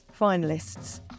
finalists